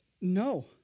no